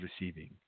receiving